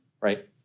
right